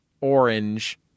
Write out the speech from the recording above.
orange